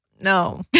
No